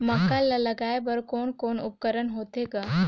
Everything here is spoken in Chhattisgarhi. मक्का ला लगाय बर कोने कोने उपकरण होथे ग?